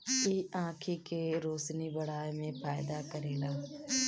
इ आंखी के रोशनी बढ़ावे में फायदा करेला